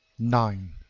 nine.